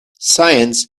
science